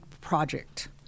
project